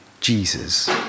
Jesus